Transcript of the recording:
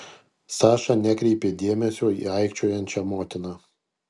saša nekreipė dėmesio į aikčiojančią motiną